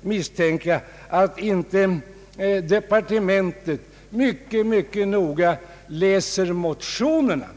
misstänka att inte departementet mycket noga läser motionerna.